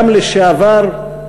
גם לשעבר,